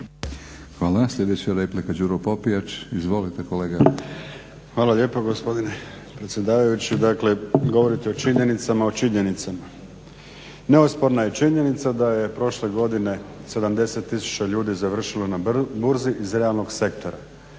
Hvala. Sljedeća replika Đuro Popijač. Izvolite kolega. **Popijač, Đuro (HDZ)** Hvala lijepa gospodine predsjedavajući. Dakle, govorite o činjenicama o činjenicama. Neosporna je činjenica da je prošle godine 70 tisuća ljudi završilo na burzi iz realnog sektora.